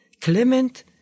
clement